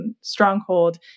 stronghold